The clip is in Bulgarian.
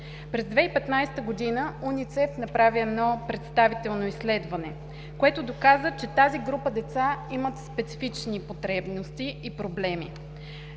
През 2015 г. УНИЦЕФ направи едно представително изследване, което доказа, че тази група деца имат специфични потребности и проблеми.